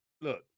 look